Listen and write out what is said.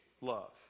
love